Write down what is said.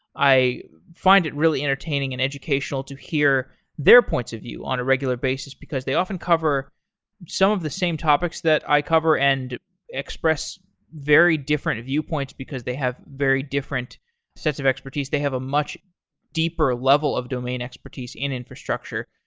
i find it really entertaining and educational to hear their points of view on a regular basis, because they often cover some of the same topics that i cover and express very different viewpoints, because they have very different sets of expertise. they have a much deeper level of domain expertise in infrastructure.